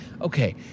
Okay